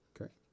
Okay